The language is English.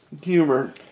humor